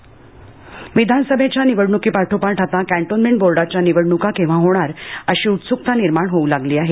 निवडणक विधानसभेच्या निवडणूकीपाठोपाठ आता कॅन्टोन्मेंट बोर्डांच्या निवडणूका केंव्हा होणार अशी उत्सुकता निर्माण होऊ लागली आहे